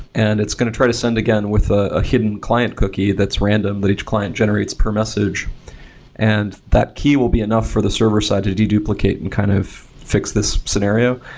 and it's going to try to send again with a hidden client cookie that's random that each client generates per message and that he will be enough for the server side to de-duplicate and kind of fix this scenario.